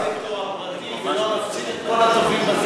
הסקטור הפרטי ולא, בסקטור הציבורי.